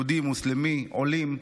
יהודי, מוסלמי, עולים,